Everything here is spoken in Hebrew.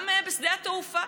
גם בשדה התעופה.